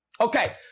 Okay